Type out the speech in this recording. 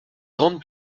grandes